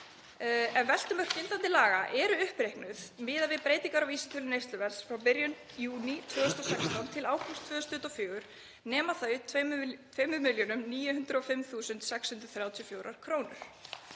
Ef veltumörk gildandi laga eru uppreiknuð miðað við breytingar á vísitölu neysluverðs frá byrjun júní 2016 til ágúst 2024 nema þau 2.905.634 kr.